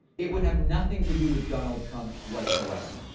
it would have nothing to do with donald trump whatsoever.